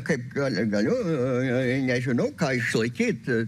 kaip gali galiu oi oi nežinau ką išlaikyt